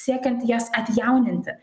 siekiant jas atjauninti